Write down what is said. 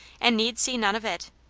and need see none of it.